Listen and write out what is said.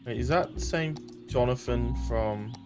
is that same jonathan from